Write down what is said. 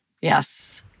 Yes